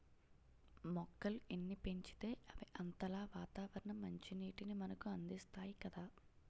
మొక్కలు ఎన్ని పెంచితే అవి అంతలా వాతావరణ మంచినీటిని మనకు అందిస్తాయి కదా